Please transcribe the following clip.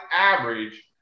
average